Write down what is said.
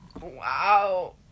Wow